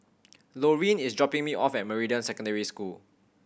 Loreen is dropping me off at Meridian Secondary School